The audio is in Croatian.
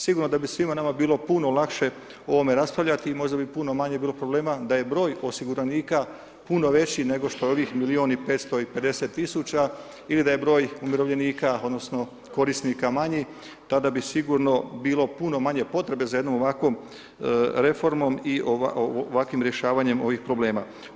Sigurno da bi svima nama bilo puno lakše o ovome raspravljati i možda bi puno manje bilo problema da je broj osiguranika puno veći nego što je ovih milijun i 550 000 ili da je broj umirovljenika odnosno korisnika manji, tad bi sigurno bilo puno manje potrebe za jednom ovakvom reformom ovakvim rješavanjem ovih problema.